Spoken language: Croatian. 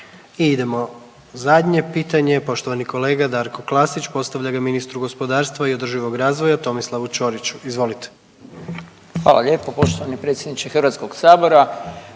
I idemo zadnje pitanje poštovani kolega Darko Klasić postavlja ga ministru gospodarstva i održivog razvoja Tomislavu Ćoriću. Izvolite. **Klasić, Darko (HSLS)** Hvala lijepo poštovani predsjedniče HS-a.